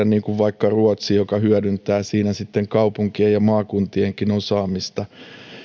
niin kuin vaikka ruotsi joka hyödyntää siinä kaupunkien ja maakuntienkin osaamista